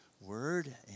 word